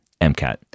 MCAT